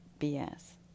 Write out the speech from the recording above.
BS